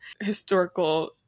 historical